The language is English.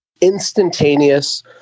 Instantaneous